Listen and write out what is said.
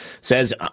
says